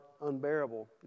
unbearable